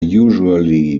usually